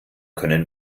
können